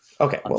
Okay